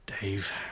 Dave